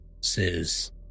says